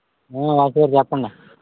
వాసుగారు చెప్పండి